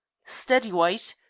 steady, white.